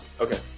Okay